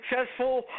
successful